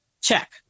check